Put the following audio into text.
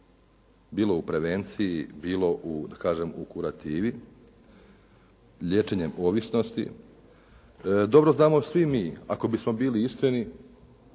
bilo u prevenciji, bilo u da kažem u kurativi liječenjem ovisnosti. Dobro znamo svi mi ako bismo bili iskreni